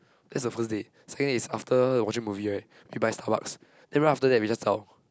that's the first day second day is after watching movie right we buy Starbucks then we after that we just talk